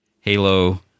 Halo